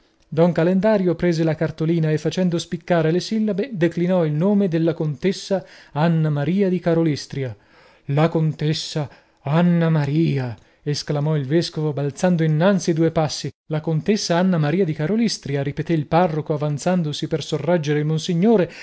volte don calendario prese la cartolina e facendo spiccare le sillabe declinò il nome della contessa anna maria di karolystria la contessa anna maria esclamò il vescovo balzando innanzi due passi la contessa anna maria di karolystria ripetè il parroco avanzandosi per sorreggere il monsignore